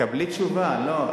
תקבלי תשובה.